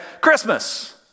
Christmas